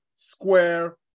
square